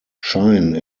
shine